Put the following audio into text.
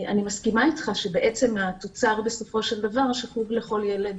אני מסכימה אתך שחוג לכל ילד,